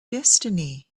destiny